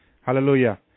hallelujah